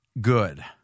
good